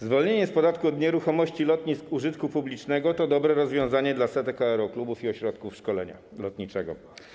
Zwolnienie z podatku od nieruchomości lotnisk użytku publicznego to dobre rozwiązanie dla setek aeroklubów i ośrodków szkolenia lotniczego.